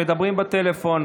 מדברים בטלפון.